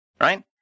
right